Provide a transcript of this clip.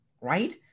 right